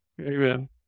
Amen